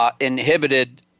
inhibited